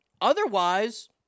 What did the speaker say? otherwise